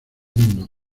mundo